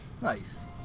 Nice